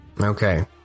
okay